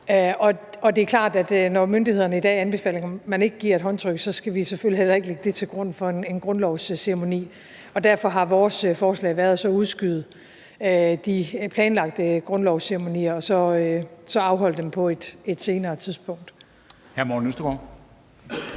Det er klart, at når myndighederne i dag anbefaler, at man ikke giver et håndtryk, så skal vi selvfølgelig heller ikke lægge det til grund for en grundlovsceremoni, og derfor har vores forslag været at udskyde de planlagte grundlovsceremonier og så afholde dem på et senere tidspunkt.